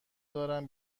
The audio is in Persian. دارم